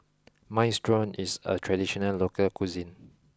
Minestrone is a traditional local cuisine